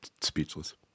speechless